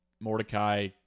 Mordecai